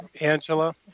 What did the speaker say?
Angela